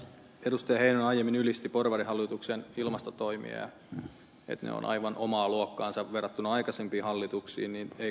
heinonen aiemmin ylisti porvarihallituksen ilmastotoimia että ne ovat aivan omaa luokkaansa verrattuna aikaisempiin hallituksiin